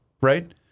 right